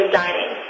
dining